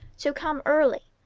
so come early.